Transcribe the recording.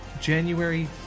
January